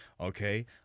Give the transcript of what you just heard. Okay